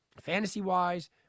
fantasy-wise